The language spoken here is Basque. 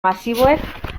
masiboek